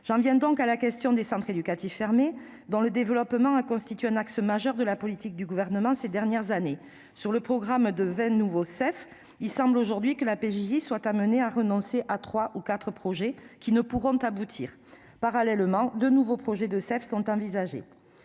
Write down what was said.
J'en viens justement à la question des centres éducatifs fermés, dont le développement a constitué un axe majeur de la politique du Gouvernement ces dernières années. Sur le programme de 20 nouveaux CEF, il semble aujourd'hui que la PJJ soit amenée à renoncer à trois ou quatre projets, qui ne pourront aboutir. Parallèlement, deux nouveaux projets de CEF sont envisagés.